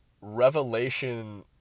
Revelation